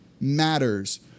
matters